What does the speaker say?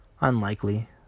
Unlikely